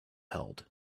held